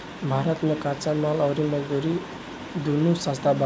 भारत मे कच्चा माल अउर मजदूरी दूनो सस्ता बावे